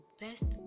best